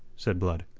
said blood.